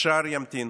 והשאר ימתין.